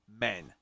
men